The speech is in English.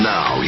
Now